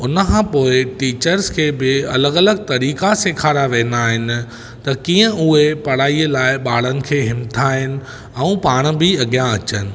हुन खां पोइ टीचर्स खे बि अलॻि अलॻि तरीक़ा सेखारिया वेंदा आहिनि त कीअं उहे पढ़ाई लाइ ॿारनि खे हिमथाइनि ऐं पाण बि अॻियां अचनि